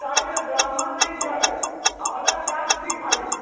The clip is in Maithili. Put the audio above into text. कटाइमे ब्राह्मण नहि छै अऽ अदर कास्ट छै खाली